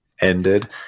ended